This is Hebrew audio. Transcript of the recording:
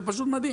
זה פשוט מדהים.